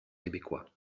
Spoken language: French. québecois